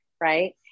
right